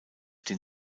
den